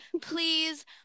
please